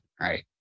right